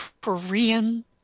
Korean